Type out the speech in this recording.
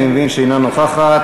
אני מבין שאינה נוכחת.